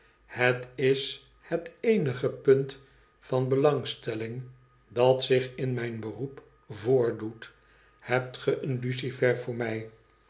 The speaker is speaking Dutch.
het is het eenige pmit van belangstelling dat zich in mijn beroep voordoet hebt ge een lucifer voor mij